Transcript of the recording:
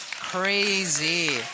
crazy